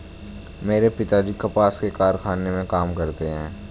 मेरे पिताजी कपास के कारखाने में काम करते हैं